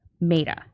Meta